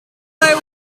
dreamt